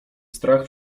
strach